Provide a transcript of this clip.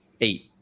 eight